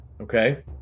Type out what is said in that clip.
Okay